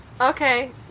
Okay